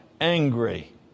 angry